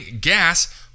gas